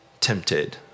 tempted